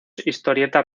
historietas